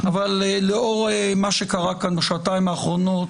אבל לאור מה שקרה כאן בשעתיים האחרונות,